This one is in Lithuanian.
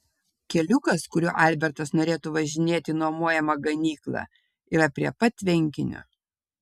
keliukas kuriuo albertas norėtų važinėti į nuomojamą ganyklą yra prie pat tvenkinio